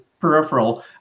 peripheral